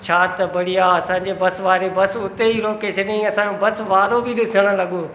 छा त बढ़िया असांजे बस वारे बस उते ई बस रोके छॾियाईं बस वारो बि ॾिसणु लॻो